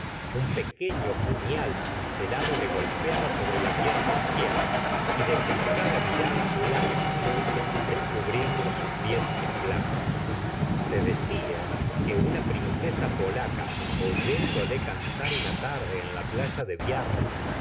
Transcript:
un pequeño puiíal cineelado le golpeaba sobre la pierna izquierda y deslizaba miradas lánguidas descubriendo sus dientes blancos se decia que una princesa polaca oyéndole cantar una tarde en la play a de